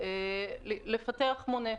לפתח מונה.